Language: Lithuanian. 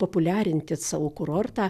populiarinti savo kurortą